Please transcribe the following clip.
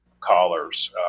callers